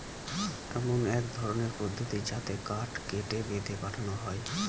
এমন এক ধরনের পদ্ধতি যাতে কাঠ কেটে, বেঁধে পাঠানো হয়